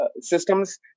systems